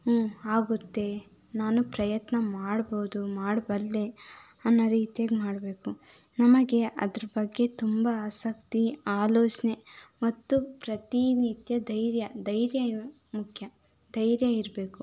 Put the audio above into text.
ಹ್ಞೂ ಆಗುತ್ತೆ ನಾನು ಪ್ರಯತ್ನ ಮಾಡ್ಬೋದು ಮಾಡಬಲ್ಲೆ ಅನ್ನೊ ರೀತೀಲಿ ಮಾಡಬೇಕು ನಮಗೆ ಅದರ ಬಗ್ಗೆ ತುಂಬ ಆಸಕ್ತಿ ಆಲೋಚನೆ ಮತ್ತು ಪ್ರತಿನಿತ್ಯ ಧೈರ್ಯ ಧೈರ್ಯ ಮುಖ್ಯ ಧೈರ್ಯ ಇರಬೇಕು